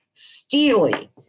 Steely